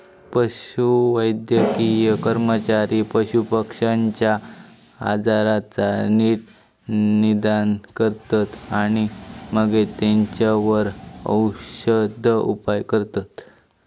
पशुवैद्यकीय कर्मचारी पशुपक्ष्यांच्या आजाराचा नीट निदान करतत आणि मगे तेंच्यावर औषदउपाय करतत